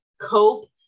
cope